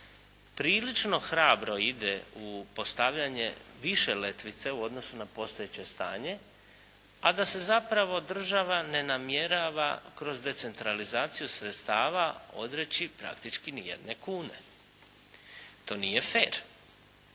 prilično hrabro ide u postavljanje više letvice u odnosu na postojeće stanje a da se zapravo država ne namjerava kroz decentralizaciju sredstava odreći praktički nijedne kune. To nije fer